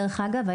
דרך אגב,